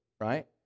right